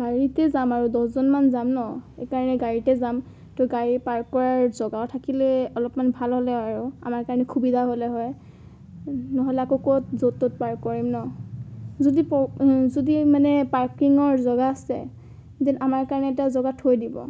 গাড়ীতে যাম আৰু দহজনমান যাম ন সেইকাৰণে গাড়ীতে যাম তো গাড়ী পাৰ্ক কৰাৰ জেগাও থাকিলে অলপমান ভাল হ'লে আৰু আমাৰ কাৰণে সুবিধা হ'লে হয় নহ'লে আকৌ ক'ত য'ত ত'ত পাৰ্ক কৰিম ন যদি যদি মানে পাৰ্কিঙৰ জেগা আছে যেন আমাৰ কাৰণে এটা জেগা থৈ দিব